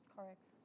Correct